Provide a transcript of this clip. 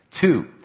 Two